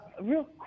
real